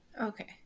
Okay